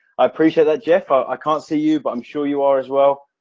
i appreciate that jeff. ah i can't see you, but i'm sure you are as well